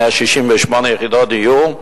168 יחידות דיור,